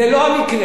זה לא המקרה.